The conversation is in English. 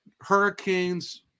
Hurricanes